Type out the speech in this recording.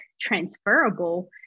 transferable